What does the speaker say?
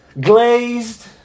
Glazed